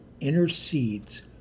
intercedes